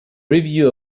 review